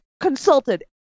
consulted